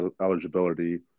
eligibility